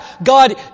God